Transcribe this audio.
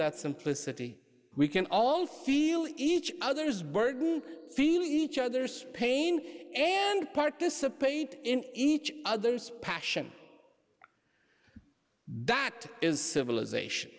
that simplicity we can all feel each other's burden feel each other's pain and participate in each other's passion that is civilization